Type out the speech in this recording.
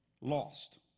lost